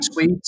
tweets